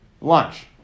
Lunch